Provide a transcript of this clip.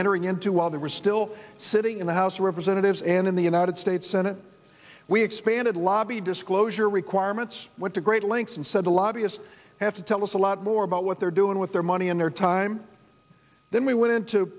entering into while they were still sitting in the house of representatives and in the united states senate we expanded lobby disclosure requirements went to great lengths and said the lobbyists have to tell us a lot more about what they're doing with their money and their time then we went